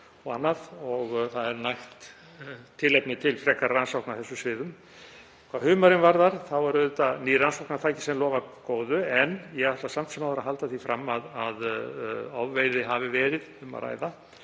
og annað og það er nægt tilefni til frekari rannsókna á þessum sviðum. Hvað humarinn varðar þá lofar ný rannsóknartækni góðu, en ég ætla samt sem áður að halda því fram að um ofveiði hafi verið að ræða,